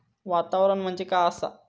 वातावरण म्हणजे काय आसा?